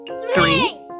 Three